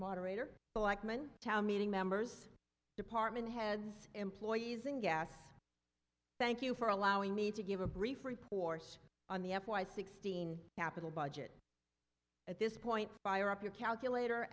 moderator bill ackman town meeting members department heads employees and yes thank you for allowing me to give a brief reports on the f y sixteen capital budget at this point fire up your calculator